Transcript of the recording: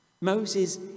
Moses